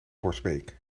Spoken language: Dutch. borsbeek